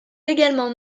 également